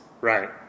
right